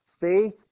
Faith